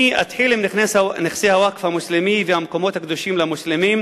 אני אתחיל עם נכסי הווקף המוסלמי והמקומות הקדושים למוסלמים,